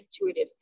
intuitive